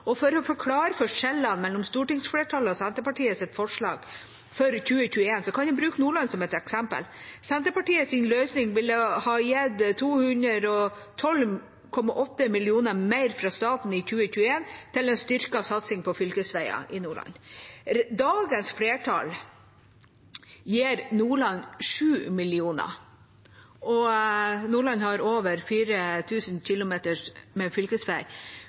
For å forklare forskjellen mellom stortingsflertallets og Senterpartiets forslag for 2021 kan jeg bruke Nordland som eksempel. Senterpartiets løsning ville gitt 212,8 mill. kr mer fra staten i 2021 til en styrket satsing på fylkesveier i Nordland. Dagens flertall gir Nordland 7 mill. kr., og Nordland har over 4 000 km med